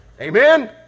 Amen